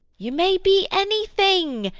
you may be any thing,